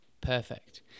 perfect